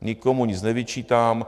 Nikomu nic nevyčítám.